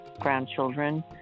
grandchildren